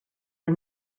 are